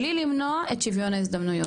מבלי לפגוע בשוויון ההזדמנויות.